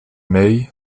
may